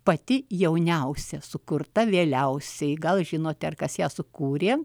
pati jauniausia sukurta vėliausiai gal žinote kas ją sukūrė